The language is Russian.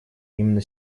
именно